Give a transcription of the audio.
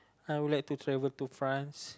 I would like to travel to France